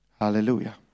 Hallelujah